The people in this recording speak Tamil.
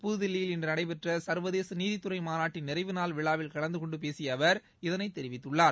புதுதில்லியில் இன்று நடைபெற்ற சர்வதேச நீதித்துறை மாநாட்டின் நிறைவு நாள் விழாவில் கலந்துகொண்டு பேசிய அவர் இதை தெரிவித்துள்ளார்